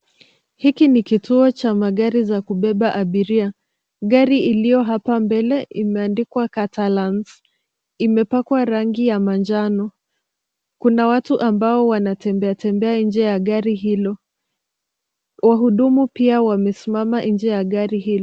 Hiki ni kituo cha magari za kubeba abiria. Gari iliyo hapa mbele imeandikwa Catalans. Imepakwa rangi ya manjano. Kuna watu ambao wanatembea tembea nje ya gari hilo. Wahudumu pia wamesimama nje ya gari hilo.